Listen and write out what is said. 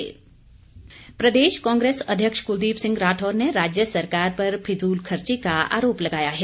राठौर प्रदेश कांग्रेस अध्यक्ष क्लदीप सिंह राठौर ने राज्य सरकार पर फिजूलखर्ची का आरोप लगाया है